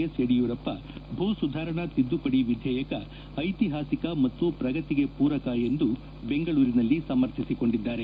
S Yediyurappa ಭೂ ಸುಧಾರಣಾ ತಿದ್ದುಪಡಿ ವಿಧೇಯಕ ಐತಿಪಾಸಿಕ ಮತ್ತು ಪ್ರಗತಿಗೆ ಪೂರಕ ಎಂದು ಬೆಂಗಳೂರಿನಲ್ಲಿ ಸಮರ್ಥಿಸಿಕೊಂಡಿದ್ದಾರೆ